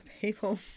people